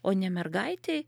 o ne mergaitei